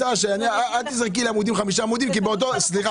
אל תזרקי לי "חמישה עמודים" כי באותו זמן